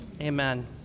amen